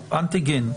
לעשות אנטיגן.